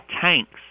tanks